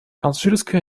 алжирская